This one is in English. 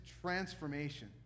Transformation